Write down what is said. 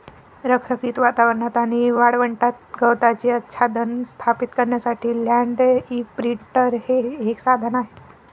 रखरखीत वातावरणात आणि वाळवंटात गवताचे आच्छादन स्थापित करण्यासाठी लँड इंप्रिंटर हे एक साधन आहे